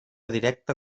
directa